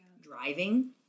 Driving